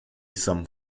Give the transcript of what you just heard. some